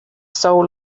soul